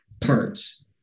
parts